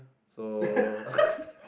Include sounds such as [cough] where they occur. so [laughs]